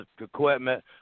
equipment